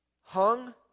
hung